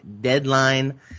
deadline